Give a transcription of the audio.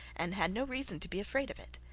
and had no reason to be afraid of it.